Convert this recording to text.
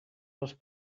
als